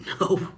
No